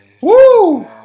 Woo